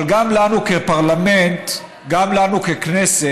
אבל גם לנו כפרלמנט, גם לנו ככנסת,